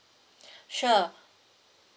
sure